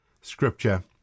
scripture